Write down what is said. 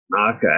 Okay